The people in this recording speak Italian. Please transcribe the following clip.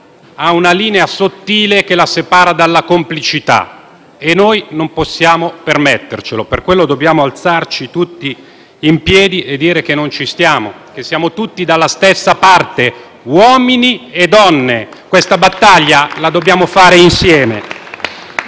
da una linea sottile dalla complicità e non possiamo permettercelo. Per questo dobbiamo alzarci tutti in piedi e dire che non ci stiamo e che siamo tutti dalla stessa parte, uomini e donne. Questa battaglia dobbiamo farla insieme.